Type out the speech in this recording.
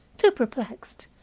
too perplexed,